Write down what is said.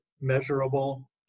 measurable